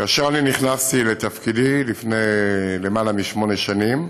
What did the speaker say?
כאשר נכנסתי לתפקידי לפני למעלה משמונה שנים,